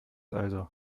also